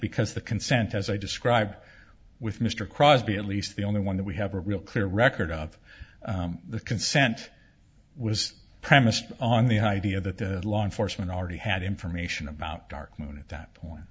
because the consent as i described with mr crosbie at least the only one that we have a real clear record of the consent was premised on the idea that the law enforcement already had information about dark moon at that